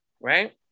right